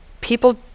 people